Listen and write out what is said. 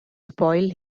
spoil